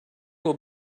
will